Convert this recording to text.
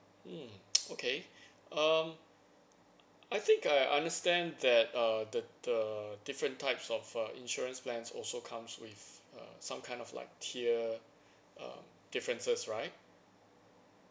hmm okay um I think I understand that uh the err different types of uh insurance plans also comes with uh some kind of like tier uh differences right